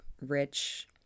rich